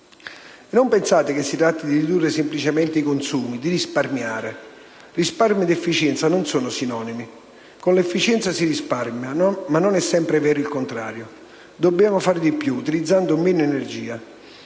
Non pensate che si tratti di ridurre semplicemente i consumi, di risparmiare. Risparmio ed efficienza non sono sinonimi: con l'efficienza si risparmia, ma non è sempre vero il contrario. Dobbiamo fare di più utilizzando meno energia.